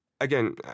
again